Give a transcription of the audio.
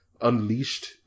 Unleashed